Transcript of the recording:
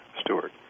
Stewart